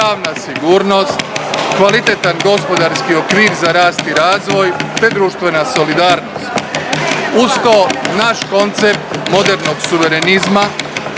pravna sigurnost, kvalitetan gospodarski okvir za rast i razvoj te društvena solidarnost. Uz to naš koncept modernog suverenizma